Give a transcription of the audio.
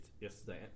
yesterday